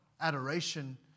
adoration